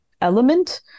element